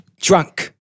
drunk